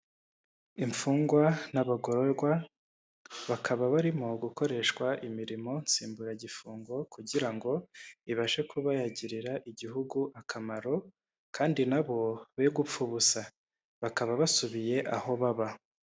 Imfungwa n'abagororwa bakaba barimo gukoreshwa imirimo nsimburagifungo kugira ngo ibashe kuba yagirira igihugu akamaro kandi nabo be gupfa ubusa, bakaba basubiye aho baba.